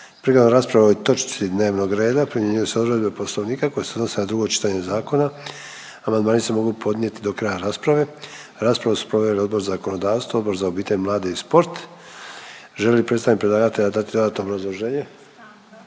Prigodom rasprave o ovoj točki dnevnog reda primjenjuju se odredbe Poslovnika koje se odnose na drugo čitanje zakona. Amandmani se mogu podnijeti do kraja rasprave. Raspravu su proveli Odbor za zakonodavstvo i Odbor za ratne veterane. Želi li predstavnik predlagatelja dati dodatno obrazloženje?